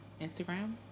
Instagram